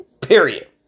Period